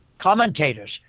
commentators